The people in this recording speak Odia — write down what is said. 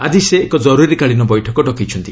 ଆଜି ସେ ଏକ ଜରୁରୀକାଳୀନ ବୈଠକ ଡକାଇଛନ୍ତି